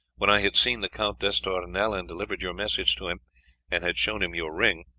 when i had seen the count d'estournel and delivered your message to him and had shown him your ring,